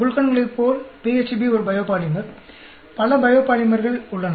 குளுக்கன்களைப்போல் PHB ஒரு biopolymer பல பயோபாலிமர்கள் உள்ளன